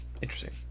Interesting